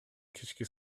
кечки